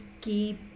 keep